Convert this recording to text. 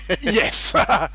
Yes